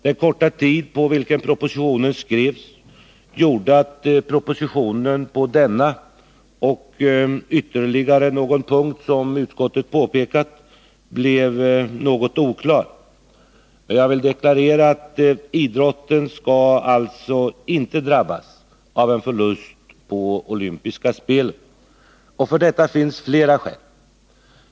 Den korta tid på vilken propositionen skrevs gjorde att propositionen på denna och ytterligare någon punkt som utskottet påpekar blev något oklar. Jag vill deklarera att idrotten alltså inte skall drabbas av en eventuell förlust av de olympiska spelen. För detta finns det flera skäl.